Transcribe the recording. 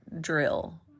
drill